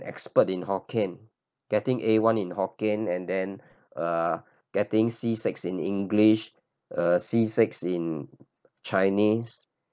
expert in Hokkien getting A one in Hokkien and then uh getting C six in English uh C six in Chinese